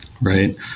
Right